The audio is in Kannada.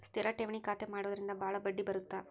ಸ್ಥಿರ ಠೇವಣಿ ಖಾತೆ ಮಾಡುವುದರಿಂದ ಬಾಳ ಬಡ್ಡಿ ಬರುತ್ತ